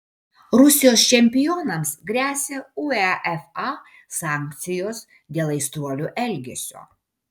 rusijos čempionams gresia uefa sankcijos dėl aistruolių elgesio